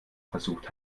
versucht